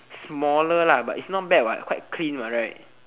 smaller lah but it's not bad what quite clean what right